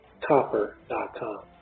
copper.com